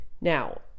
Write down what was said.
Now